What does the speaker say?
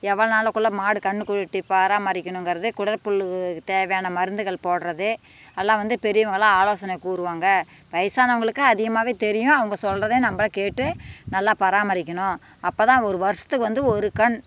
எவ்வளோ நாளுக்குள்ளெ மாடு கன்றுட்டி பராமரிக்கணுங்கிறது குடல் புழுக்கு தேவையான மருந்துகள் போடுறது எல்லாம் வந்து பெரியவங்கலாம் ஆலோசனை கூறுவாங்க வயசானவங்களுக்கு அதிகமாவே தெரியும் அவங்க சொல்வதை நம்ப கேட்டு நல்லா பராமரிக்கணும் அப்போ தான் ஒரு வருடத்துக்கு வந்து ஒரு கன்று